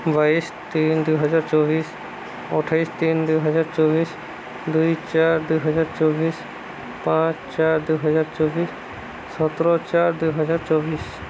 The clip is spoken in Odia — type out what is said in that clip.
ବାଇଶି ତିନି ଦୁଇ ହଜାର ଚବିଶି ଅଠେଇଶି ତିନି ଦୁଇ ହଜାର ଚବିଶି ଦୁଇ ଚାରି ଦୁଇ ହଜାର ଚବିଶି ପାଞ୍ଚ ଚାରି ଦୁଇ ହଜାର ଚବିଶି ସତର ଚାରି ଦୁଇ ହଜାର ଚବିଶି